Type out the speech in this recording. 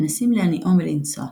מנסים להניאו מלנסוע,